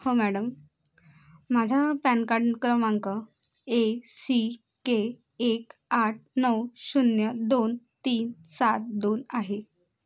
हो मॅडम माझा PAN card क्रमांक ए सी के एक आठ नऊ शून्य दोन तीन सात दोन आहे